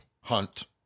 hunt